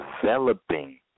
developing